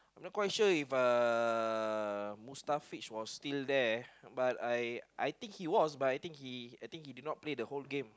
not quite sure if uh Mustafich was still there but I I think he was but I think he I think he did not play the whole game